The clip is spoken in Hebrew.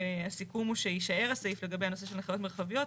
והסיכום הוא שיישאר הסעיף לגבי הנושא של הנחיות מרחביות,